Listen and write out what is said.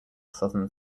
southern